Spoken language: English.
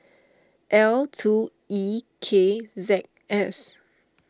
L two E K Z S